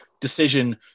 decision